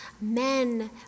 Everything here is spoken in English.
men